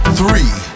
three